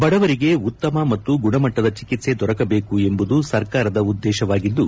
ಬಡವರಿಗೆ ಉತ್ತಮ ಮತ್ತು ಗುಣಮಟ್ನದ ಚಿಕಿತ್ತ ದೊರಕಬೇಕು ಎಂಬುದು ಸರ್ಕಾರದ ಉದ್ದೇಶವಾಗಿದ್ದು